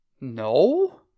No